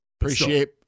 appreciate